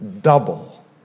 double